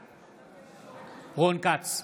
בעד רון כץ,